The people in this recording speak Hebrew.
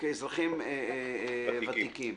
אזרחים ותיקים.